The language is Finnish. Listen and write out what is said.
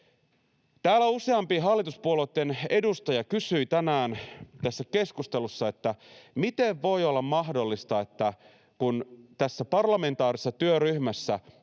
Täällä useampi hallituspuolueitten edustaja kysyi tänään tässä keskustelussa, että vaikka tässä parlamentaarisessa työryhmässä